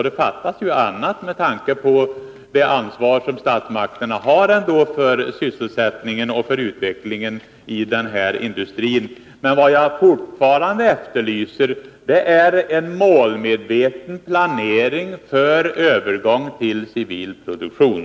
Det fattas bara annat, med tanke på det ansvar som statsmakterna ändå har för sysselsättningen och utvecklingen i den här industrin. Men jag efterlyser fortfarande en målmedveten planering för övergång till civil produktion.